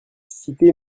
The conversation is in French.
cité